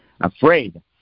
Afraid